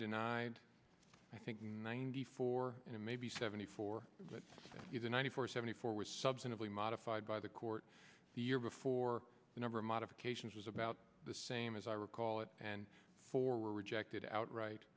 denied i think ninety four and maybe seventy four but there is a ninety four seventy four was substantively modified by the court the year before number modifications was about the same as i recall it and four were rejected outright